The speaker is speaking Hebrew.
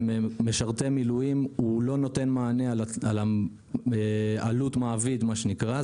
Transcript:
משרתי מילואים לא נותן מענה על עלות מעביד מה שנקרא.